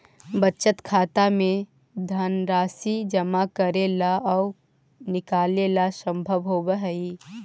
बचत खाता में धनराशि जमा करेला आउ निकालेला संभव होवऽ हइ